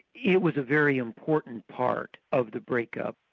it was a very important part of the breakup.